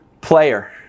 player